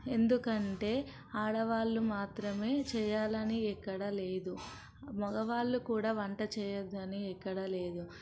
ఎందుకంటే ఆడవాళ్లు మాత్రమే చేయాలని ఎక్కడా లేదు మగవాళ్ళు కూడా వంట చేయొద్దని ఎక్కడా లేదు